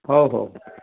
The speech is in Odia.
ହଉ ହଉ